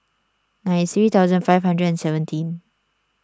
nine three thousand five hundred and seventeen